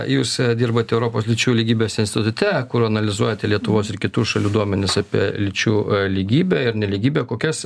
jūs dirbat europos lyčių lygybės institute kur analizuojate lietuvos ir kitų šalių duomenis apie lyčių lygybę ir nelygybę kokias